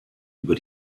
über